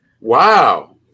Wow